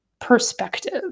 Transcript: perspective